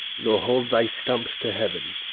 nor hold thy stumps to heaven,